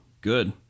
Good